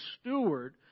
steward